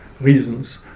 reasons